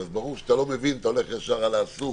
אז ברור שכשאתה לא מבין אתה הולך ישר על האסור